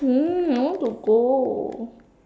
hmm I want to go